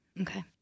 Okay